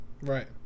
Right